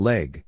Leg